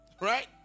right